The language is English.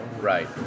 Right